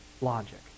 logic